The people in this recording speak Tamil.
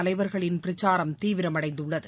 தலைவர்களின் பிரச்சாரம் தீவிரமடைந்துள்ளது